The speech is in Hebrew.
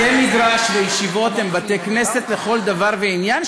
בתי-מדרש וישיבות הם בתי-כנסת לכל דבר ועניין,